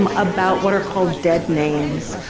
um about what are called dead names,